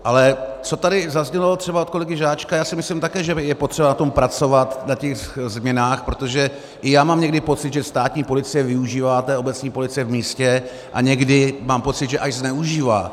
Ale co tady zaznělo třeba od kolegy Žáčka já si také myslím, že je potřeba na tom pracovat, na změnách, protože i já mám někdy pocit, že státní policie využívá té obecní policie v místě, a někdy mám pocit, že až zneužívá.